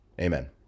Amen